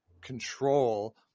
control